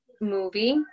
movie